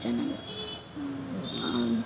ಜನವ